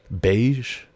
Beige